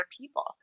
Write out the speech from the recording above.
people